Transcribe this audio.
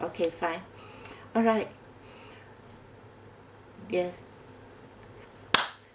okay fine alright yes